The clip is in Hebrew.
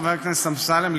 חבר הכנסת אמסלם,